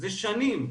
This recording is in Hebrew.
זה שנים,